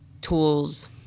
tools